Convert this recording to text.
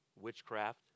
witchcraft